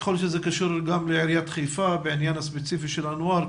ככל שזה קשור גם לעיריית חיפה בעניין הספציפי של אנואר,